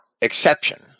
exception